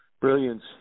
brilliance